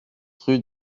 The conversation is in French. rue